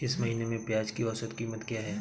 इस महीने में प्याज की औसत कीमत क्या है?